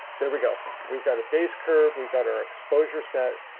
there we go we've got a base curve, we've got our exposure set,